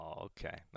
Okay